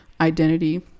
identity